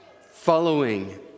Following